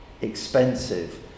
expensive